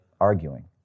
arguing